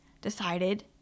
decided